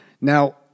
Now